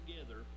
together